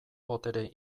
botere